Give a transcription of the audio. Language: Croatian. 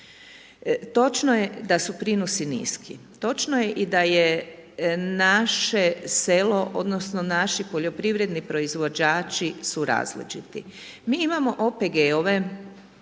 Točno je da su prinosi niski, točno je i da je naše selo odnosno naši poljoprivredni proizvođači su različiti. Mi imamo OPG-ove